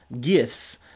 gifts